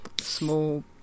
small